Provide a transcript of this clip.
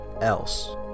else